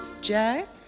Jack